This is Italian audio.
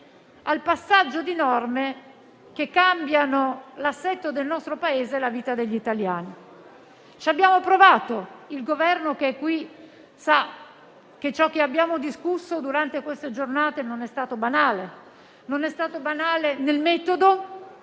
al passaggio di norme che cambiano l'aspetto del nostro Paese e la vita degli italiani. Ci abbiamo provato e il Governo che è qui sa che ciò che abbiamo discusso durante queste giornate non è stato banale. Abbiamo discusso del metodo,